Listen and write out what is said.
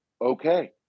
okay